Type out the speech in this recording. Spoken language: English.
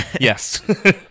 yes